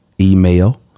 email